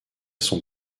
son